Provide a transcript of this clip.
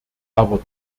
aber